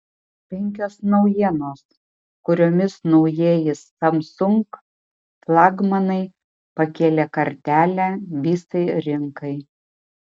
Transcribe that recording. penkios naujienos kuriomis naujieji samsung flagmanai pakėlė kartelę visai rinkai